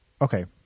Okay